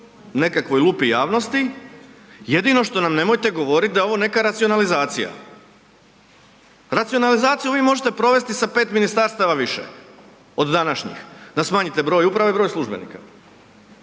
nekakvoj lupi javnosti, jedino što nam nemojte govorit da je ovo neka racionalizacija. Racionalizaciju uvijek možete provesti sa 5 ministarstava više od današnjih da smanjite broj uprave i broj službenika.